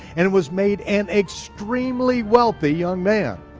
and was made an extremely wealthy young man.